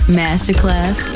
masterclass